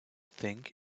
think